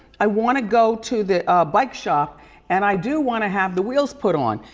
i wanna go to the bike shop and i do wanna have the wheels put on.